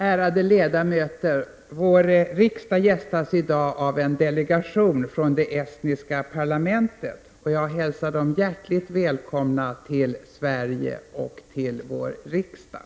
Ärade ledamöter! Vår riksdag gästas i dag av en delegation från det estniska parlamentet. Jag hälsar den hjärtligt välkommen till Sverige och till vår riksdag.